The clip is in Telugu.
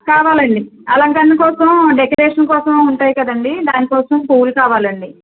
కావాలండి అలంకరణ కోసము డెకరేషన్ కోసం ఉంటాయి కదండీ దానికోసం పూలు కావాలండి